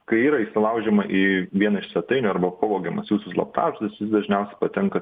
kai yra įsilaužiama į vieną iš svetainių arba pavogiamas jūsų slaptažodis jis dažniaus patenka